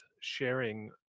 sharing